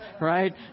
Right